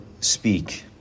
speak